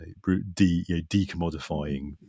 decommodifying